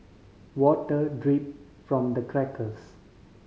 water drip from the cracks